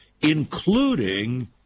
including